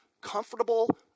comfortable